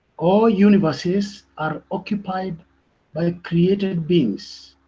all universes are occupied by created beings,